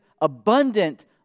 abundant